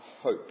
hope